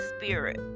spirit